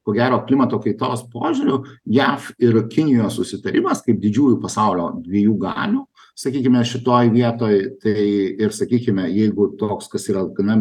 ko gero klimato kaitos požiūriu jav ir kinijos susitarimas kaip didžiųjų pasaulio dviejų galių sakykime šitoj vietoj tai ir sakykime jeigu toks kas yra gana